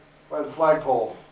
by the flagpole,